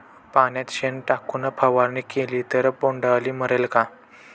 पाण्यात शेण टाकून फवारणी केली तर बोंडअळी मरेल का?